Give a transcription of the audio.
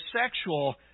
sexual